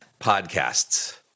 Podcasts